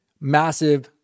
massive